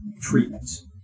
treatments